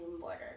border